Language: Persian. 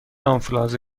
آنفولانزا